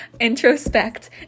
introspect